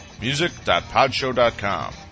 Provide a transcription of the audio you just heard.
music.podshow.com